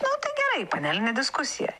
nu tai gerai panelinė diskusija